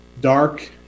dark